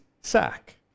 sack